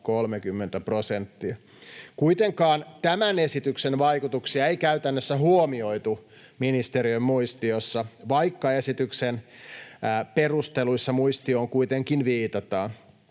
25—30 prosenttia. Kuitenkaan tämän esityksen vaikutuksia ei käytännössä huomioitu ministeriön muistiossa, vaikka esityksen perusteluissa muistioon kuitenkin viitataan.